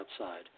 outside